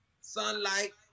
sunlight